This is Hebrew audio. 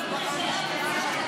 זה לא בבסיס התקציב,